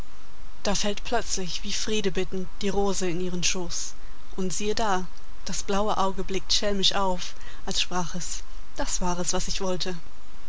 da fällt plötzlich wie friede bittend die rose in ihren schoß und siehe da das blaue auge blickt schelmisch auf als sprach es das war es was ich wollte